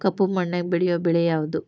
ಕಪ್ಪು ಮಣ್ಣಾಗ ಬೆಳೆಯೋ ಬೆಳಿ ಯಾವುದು?